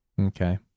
Okay